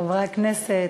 חברי הכנסת,